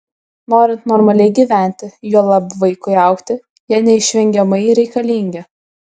norint normaliai gyventi juolab vaikui augti jie neišvengiamai reikalingi